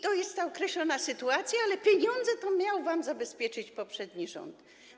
To jest ta określona sytuacja, ale pieniądze to miał wam zabezpieczyć poprzedni rząd.